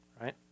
right